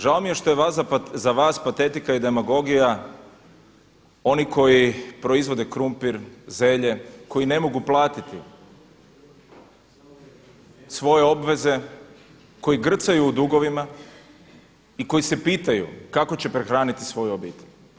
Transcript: Žao mi je što je za vas patetika i demagogija oni koji proizvode krumpir, zelje koji ne mogu platiti svoje obveze, koji grcaju u dugovima i koji se pitaju kako će prehraniti svoju obitelj.